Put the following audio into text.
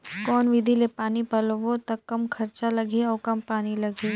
कौन विधि ले पानी पलोबो त कम खरचा लगही अउ कम पानी लगही?